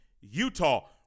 Utah